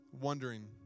wondering